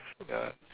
ya